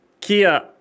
kia